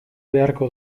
beharko